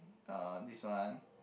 uh this one